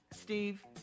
Steve